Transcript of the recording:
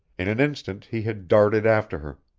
in an instant he had darted after her,